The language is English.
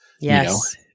Yes